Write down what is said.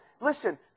Listen